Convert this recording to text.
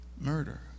murder